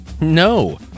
No